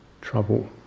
trouble